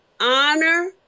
honor